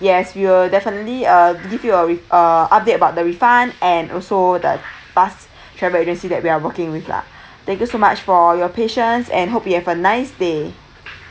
yes we will definitely uh give you a re~ uh update about the refund and also the bus travel agency that we are working with lah thank you so much for your patience and hope you have a nice day